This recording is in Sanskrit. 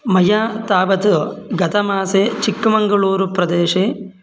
मया तावत् गतमासे चिक्कमङ्गलूरुप्रदेशे